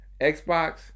Xbox